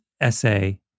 essay